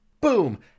Boom